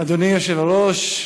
אדוני היושב-ראש,